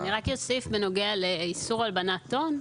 אני רק אוסיף, בנוגע לאיסור הלבנת הון: